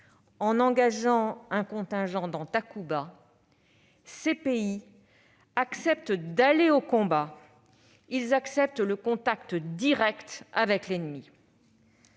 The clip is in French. en engageant un contingent dans Takuba, ces pays acceptent d'aller au combat. Ils acceptent le contact direct avec l'ennemi.